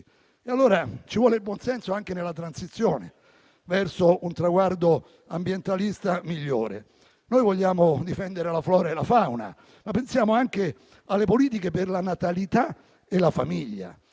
viene da dire. Serve buonsenso anche nella transizione verso un traguardo ambientalista migliore. Noi vogliamo difendere la flora e la fauna, ma pensiamo anche alle politiche per la natalità e la famiglia.